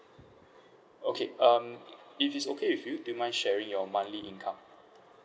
okay um if it's okay with you do you mind sharing your monthly income